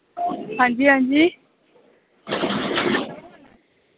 हां जी हां जी